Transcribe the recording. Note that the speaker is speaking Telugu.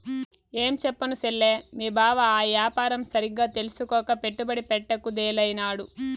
ఏంచెప్పను సెల్లే, మీ బావ ఆ యాపారం సరిగ్గా తెల్సుకోక పెట్టుబడి పెట్ట కుదేలైనాడు